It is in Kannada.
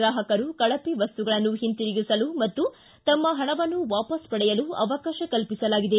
ಗ್ರಾಹಕರು ಕಳಪೆ ವಸ್ತುಗಳನ್ನು ಹಿಂತಿರುಗಿಸಲು ಮತ್ತು ತಮ್ಮ ಪಣವನ್ನು ವಾಪಸ್ ಪಡೆಯಲು ಅವಕಾಶ ಕಲ್ಪಿಸಲಾಗಿದೆ